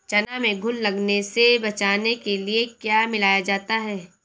चना में घुन लगने से बचाने के लिए क्या मिलाया जाता है?